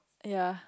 ya